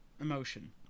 emotion